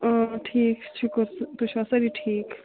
اۭں ٹھیٖک شُکُر تُہۍ چھِوا سٲری ٹھیٖک